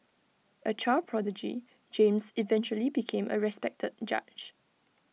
A child prodigy James eventually became A respected judge